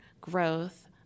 growth